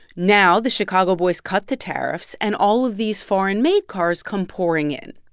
now, the chicago boys cut the tariffs, and all of these foreign-made cars come pouring in.